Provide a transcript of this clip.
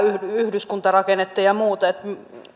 yhdyskuntarakennetta ja ja muuta tämäntyyppisiä näkemyksiä